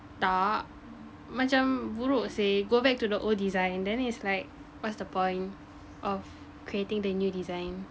tak macam buruk sih go back to the old design then is like what's the point of creating the new design